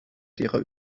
derer